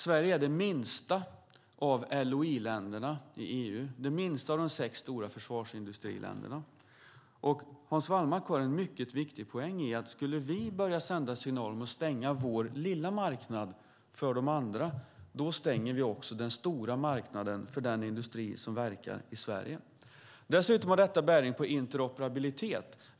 Sverige är det minsta av LOI-länderna i EU. Vi är det minsta av de sex stora försvarsindustriländerna. Hans Wallmark har en väldigt viktig poäng i att om vi skulle börja sända signalen och stänga vår lilla marknad för de andra stänger vi också den stora marknaden för den industri som verkar i Sverige. Dessutom har detta bäring på interoperabilitet.